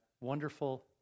wonderful